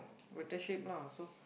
better shape lah so